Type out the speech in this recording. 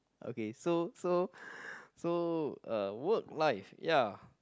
okay so so so uh work life ya